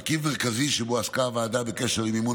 מרכיב מרכזי שבו עסקה הוועדה בקשר למימון